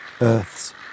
Earth's